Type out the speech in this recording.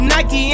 Nike